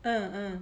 uh uh